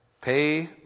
Pay